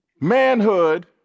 Manhood